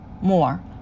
more